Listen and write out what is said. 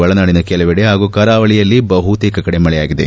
ಒಳನಾಡಿನ ಕೆಲವೆಡೆ ಹಾಗೂ ಕರಾವಳ ಬಹುತೇಕ ಕಡೆ ಮಳೆಯಾಗಿದೆ